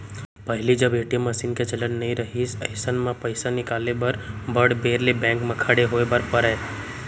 पहिली जब ATM machine के चलन नइ रहिस अइसन म पइसा निकाले बर बड़ बेर ले बेंक म खड़े होय बर परय